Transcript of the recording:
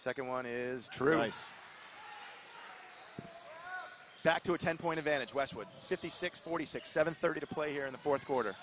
second one is true ice back to a ten point advantage westwood fifty six forty six seven thirty to play here in the fourth quarter